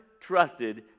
trusted